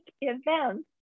events